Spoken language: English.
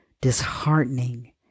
disheartening